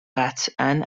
قطعا